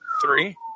Three